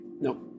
No